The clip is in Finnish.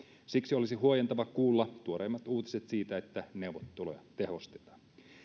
siksi olisi huojentavaa kuulla tuoreimmat uutiset siitä että neuvotteluja tehostetaan